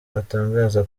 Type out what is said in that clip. atangaza